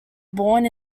born